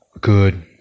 Good